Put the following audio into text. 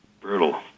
brutal